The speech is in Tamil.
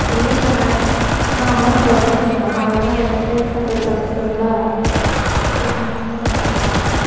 இல்லீங்கண்ணா இன்னும் அமௌண்ட் வரலீங்கண்ணா நான் வேணா அதை ஸ்கிரீன்ஸாட் எடுத்து அனுப்பட்டுங்களா மெசேஜ் மட்டும்தான் வந்திருக்குதுங்க